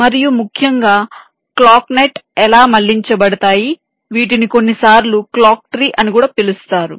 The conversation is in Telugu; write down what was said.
మరియు ముఖ్యంగా క్లాక్ నెట్ ఎలా మళ్ళించబడతాయి వీటిని కొన్నిసార్లు క్లాక్ ట్రీ అని పిలుస్తారు